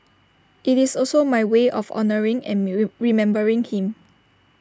IT is also my way of honouring and remembering him